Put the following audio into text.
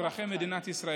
אזרחי מדינת ישראל,